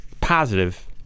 positive